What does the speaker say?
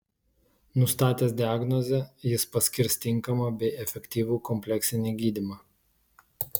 nustatęs diagnozę jis paskirs tinkamą bei efektyvų kompleksinį gydymą